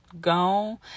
gone